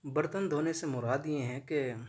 برتن دھونے سے مراد یہ ہیں کہ